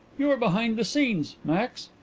you are behind the scenes, max.